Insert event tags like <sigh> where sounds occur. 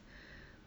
<breath>